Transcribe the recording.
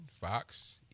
Fox